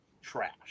trash